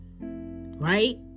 right